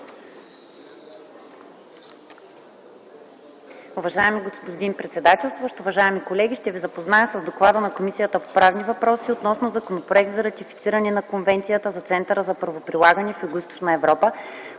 Уважаеми господин председателстващ, уважаеми колеги, ще ви запозная с: „ДОКЛАД на Комисията по правни въпроси относно Законопроект за ратифициране на Конвенцията за Центъра за правоприлагане в Югоизточна Европа,